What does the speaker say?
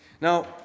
Now